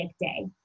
day